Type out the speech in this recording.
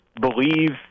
believe